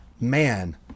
Man